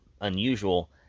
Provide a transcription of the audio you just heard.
unusual